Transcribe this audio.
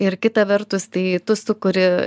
ir kita vertus tai tu sukuri